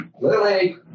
Lily